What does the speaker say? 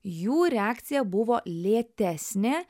jų reakcija buvo lėtesnė